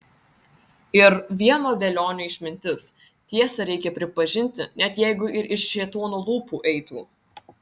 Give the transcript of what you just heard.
ir vieno velionio išmintis tiesą reikia pripažinti net jeigu ir iš šėtono lūpų eitų